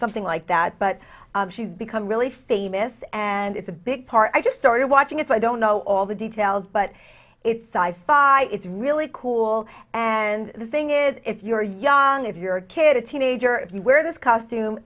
something like that but she's become really famous and it's a big part i just started watching it so i don't know all the details but it's i five it's really cool and the thing is if you're young if you're a kid a teenager you wear this costume